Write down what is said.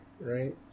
right